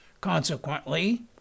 Consequently